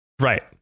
Right